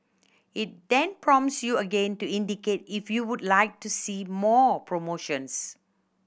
it then prompts you again to indicate if you would like to see more promotions